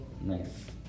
Nice